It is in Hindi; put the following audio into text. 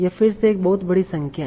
यह फिर से एक बहुत बड़ी संख्या है